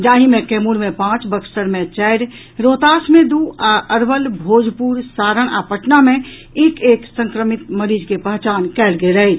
जाहि मे कैमूर में पांच बक्सर मे चारि रोहतास मे दू आ अरवल भोजपुर सारण आ पटना मे एक एक संक्रमित मरीज के पहचान कयल गेल अछि